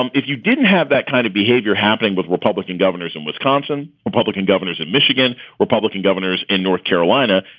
um if you didn't have that kind of behavior happening with republican governors in wisconsin, republican governors in michigan, republican governors in north carolina,